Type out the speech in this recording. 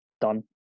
Done